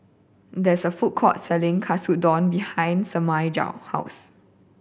there is a food court selling Katsudon behind Semaj's house